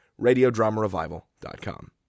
radiodramarevival.com